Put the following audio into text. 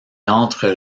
entre